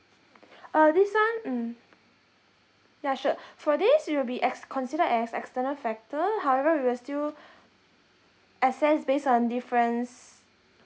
uh this one mm ya sure for this it will be ex~ consider as external factor however we will still assess based on difference